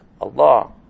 Allah